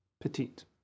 petite